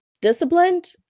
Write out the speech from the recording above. disciplined